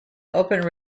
openly